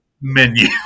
menu